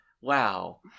Wow